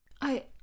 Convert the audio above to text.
I